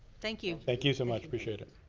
thank you. thank you so much. appreciate it.